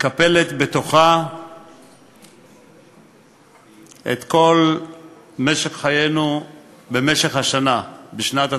מקפלת בתוכה את כל חיינו במשך השנה, בשנת התקציב.